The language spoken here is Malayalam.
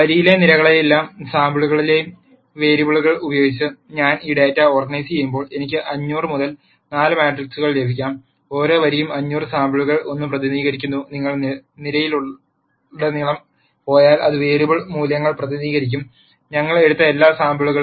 വരിയിലെ നിരകളിലെയും സാമ്പിളുകളിലെയും വേരിയബിളുകൾ ഉപയോഗിച്ച് ഞാൻ ഈ ഡാറ്റ ഓർഗനൈസുചെയ്യുമ്പോൾ എനിക്ക് 500 മുതൽ 4 മാട്രിക്സ് ലഭിക്കും ഓരോ വരിയും 500 സാമ്പിളുകളിൽ ഒന്ന് പ്രതിനിധീകരിക്കുന്നു നിങ്ങൾ നിരയിലുടനീളം പോയാൽ അത് വേരിയബിൾ മൂല്യങ്ങളെ പ്രതിനിധീകരിക്കും ഞങ്ങൾ എടുത്ത എല്ലാ സാമ്പിളുകളിലും